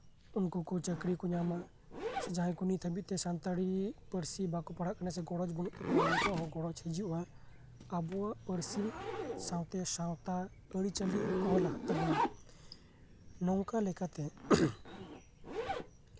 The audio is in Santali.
ᱩᱱᱠᱩ ᱠᱚ ᱪᱟᱹᱠᱨᱤ ᱠᱚ ᱧᱟᱢᱟ ᱡᱟᱸᱦᱟᱭ ᱠᱚ ᱱᱤᱛ ᱦᱟᱹᱵᱤᱡ ᱛᱮ ᱥᱟᱱᱛᱟᱲᱤ ᱯᱟᱹᱨᱥᱤ ᱵᱟᱠᱚ ᱯᱟᱲᱦᱟᱜ ᱠᱟᱱᱟ ᱥᱮ ᱜᱚᱨᱚᱡ ᱵᱟᱹᱱᱩᱜ ᱛᱟᱠᱚᱣᱟ ᱩᱱᱠᱩ ᱟᱜ ᱦᱚᱸ ᱜᱚᱨᱚᱡ ᱦᱤᱡᱩᱜᱼᱟ ᱟᱵᱚᱣᱟᱜ ᱯᱟᱹᱨᱥᱤ ᱥᱟᱶᱛᱮ ᱥᱟᱶᱛᱟ ᱟᱹᱨᱤᱪᱟᱹᱞᱤ ᱚᱞ ᱦᱩᱭᱩᱜ ᱛᱟᱵᱳᱱᱟ ᱱᱚᱝᱠᱟ ᱞᱮᱠᱟᱛᱮ